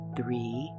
three